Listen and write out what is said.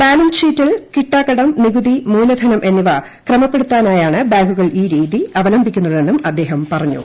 balance ഷീറ്റിൽ കിട്ടാക്കടം നികുതി മൂലധനം എന്നിവ ക്രമപ്പെടുത്താനായാണ് ബാങ്കുകൾ ഈ രീതി അവലംബിക്കുന്നതെന്നും അദ്ദേഹം പറഞ്ഞു